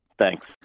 Thanks